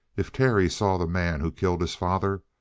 if terry saw the man who killed his father,